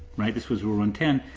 right? this was rule one ten.